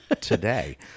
today